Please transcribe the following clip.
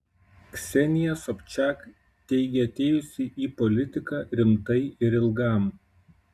ksenija sobčiak teigia atėjusi į politiką rimtai ir ilgam